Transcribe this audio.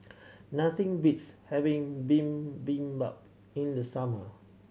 nothing beats having Bibimbap in the summer